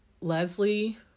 Leslie